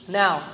now